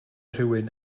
rhywun